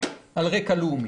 על רקע לאומי.